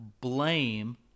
blame